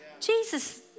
Jesus